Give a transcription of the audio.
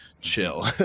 chill